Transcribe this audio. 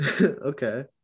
okay